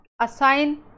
assign